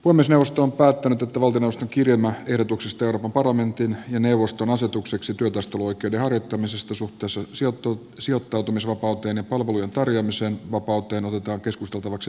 puhemiesneuvosto on päättänyt että valtioneuvoston kirjelmä ehdotuksesta euroopan parlamentin ja neuvoston asetukseksi työtaisteluoikeuden harjoittamisesta suhteessa sijoittautumisvapauteen ja palvelujen tarjoamisen vapauteen otetaan keskusteltavaksi täysistunnossa